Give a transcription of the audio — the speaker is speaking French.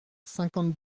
cinquante